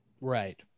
Right